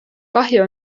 kahju